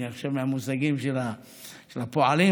מהמושגים של הפועלים,